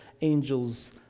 Angels